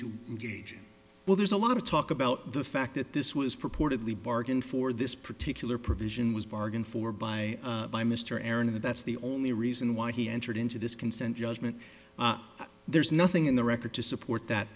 to engage well there's a lot of talk about the fact that this was purportedly bargained for this particular provision was bargained for by by mr aron and that's the only reason why he entered into this consent judgment there's nothing in the record to support that